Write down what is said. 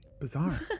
Bizarre